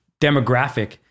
demographic